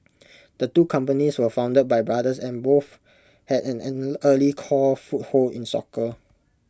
the two companies were founded by brothers and both had an an early core foothold in soccer